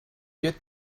get